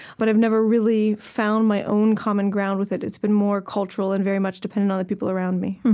but i've never really found my own common ground with it. it's been more cultural and very much dependent on the people around me